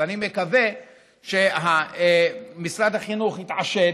אני מקווה שמשרד החינוך יתעשת,